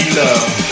love